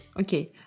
Okay